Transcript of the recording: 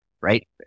right